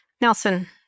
Nelson